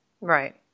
Right